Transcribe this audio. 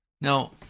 Now